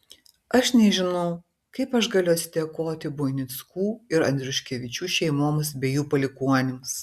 aš nežinau kaip aš galiu atsidėkoti buinickų ir andriuškevičių šeimoms bei jų palikuonims